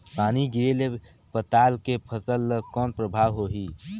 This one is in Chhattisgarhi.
पानी गिरे ले पताल के फसल ल कौन प्रभाव होही?